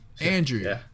Andrew